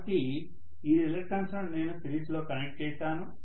కాబట్టి ఈ రిలక్టన్స్ లను నేను సిరీస్లో కనెక్ట్ చేశాను